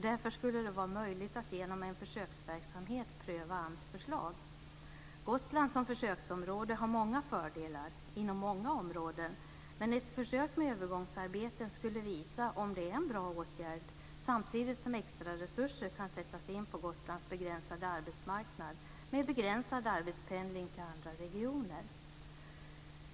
Därför skulle det vara möjligt att genom en försöksverksamhet pröva Gotland som försöksområde har många fördelar inom många områden, men ett försök med övergångsarbeten skulle visa om det är en bra åtgärd, samtidigt som extra resurser kan sättas in på Gotlands begränsade arbetsmarknad med begränsad arbetspendling till andra regioner.